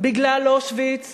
בגלל אושוויץ